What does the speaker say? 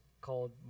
called